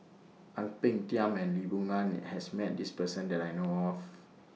Ang Peng Tiam and Lee Boon Ngan has Met This Person that I know of